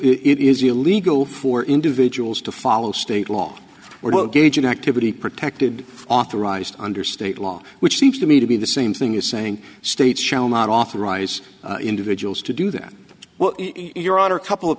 it is illegal for individuals to follow state law we're gauging activity protected authorized under state law which seems to me to be the same thing as saying states shall not authorize individuals to do that well your honor couple of